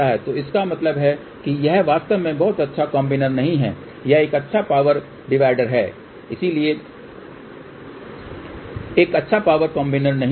तो इसका मतलब है कि यह वास्तव में बहुत अच्छा कॉम्बिनरcombiner नहीं है यह एक अच्छा पावर डिवाइडर है लेकिन एक अच्छा पावर कॉम्बिनर नहीं है